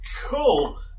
cool